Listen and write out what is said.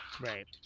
right